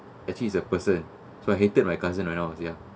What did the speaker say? actually is a person so I hated my cousin when I was young